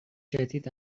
جدید